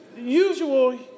usual